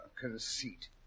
Conceit